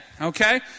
okay